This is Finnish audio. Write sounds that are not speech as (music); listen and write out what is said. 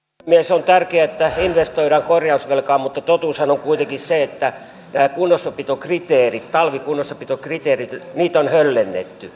on tärkeätä että investoidaan korjausvelkaan mutta totuushan on kuitenkin se että talvikunnossapitokriteereitä talvikunnossapitokriteereitä on höllennetty (unintelligible)